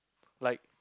like